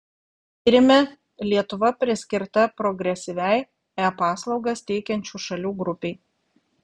tyrime lietuva priskirta progresyviai e paslaugas teikiančių šalių grupei